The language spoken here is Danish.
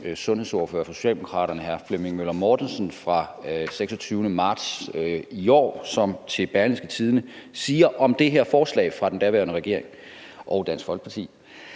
sundhedsordfører for Socialdemokraterne, hr. Flemming Møller Mortensen, fra den 26. marts i år. Han talte med Berlingske Tidende om det her forslag fra den daværende regering og Dansk Folkeparti: